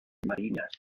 marinas